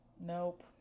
Nope